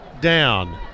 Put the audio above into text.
down